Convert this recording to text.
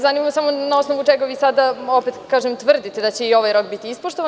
Zanima me samo na osnovu čega vi sada, opet kažem, tvrdite da će i ovaj rok biti ispoštavan?